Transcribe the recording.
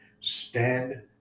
Stand